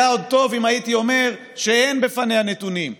היה עוד טוב אם הייתי אומר שאין בפניה נתונים.